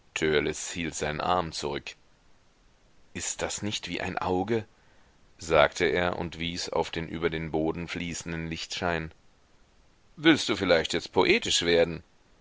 seinen arm zurück ist das nicht wie ein auge sagte er und wies auf den über den boden fließenden lichtschein willst du vielleicht jetzt poetisch werden